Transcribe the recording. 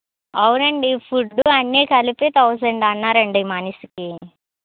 అవునండి ఫుడ్డు అన్నీ కలిపి థౌసండ్ అన్నారండి మనిషికి